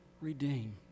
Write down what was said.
redeem